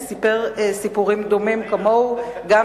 שסיפר סיפורים כאלה ודומים להם.